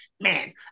man